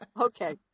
Okay